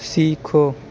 سیکھو